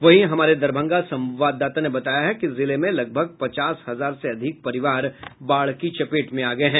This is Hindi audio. वहीं हमारे दरभंगा संवाददाता ने बताया है कि जिले में लगभग पचास हजार से अधिक परिवार बाढ़ की चपेट में आ गये हैं